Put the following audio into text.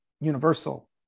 universal